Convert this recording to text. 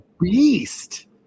beast